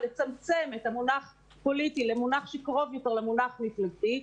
אנחנו מבקשים לצמצם את המונח "פוליטי" למונח שקרוב יותר למונח "מפלגתי".